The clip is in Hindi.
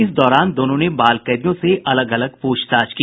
इस दौरान दोनों ने बाल कैदियों से अलग अलग प्रछताछ की